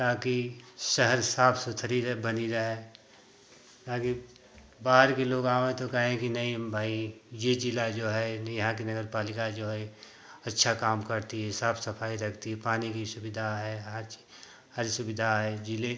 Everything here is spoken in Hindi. ताकि शहर साफ सुथरी रहे बनी रहे ताकि बाहर के लोग आवें तो कहें कि नहीं भाई ये ज़िला जो है यहाँ कि नागर पालिका जो है अच्छा काम करती है साफ सफाई रखती है पानी की सुविधा है हर चीज़ हर सुविधा है ज़िले